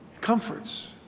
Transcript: Comforts